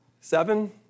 seven